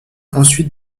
ensuite